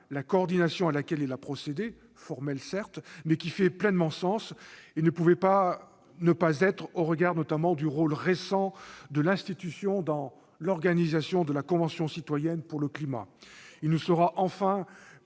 la coordination à laquelle il a procédé, formelle certes, mais qui fait pleinement sens et ne pouvait pas ne pas être, notamment au regard du rôle récent de l'institution dans l'organisation de la Convention citoyenne pour le climat.